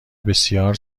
بسیار